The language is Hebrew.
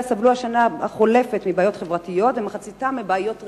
סבלו בשנה החולפת מבעיות חברתיות ומחציתם מבעיות רגשיות,